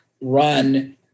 run